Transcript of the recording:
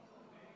נמנעים,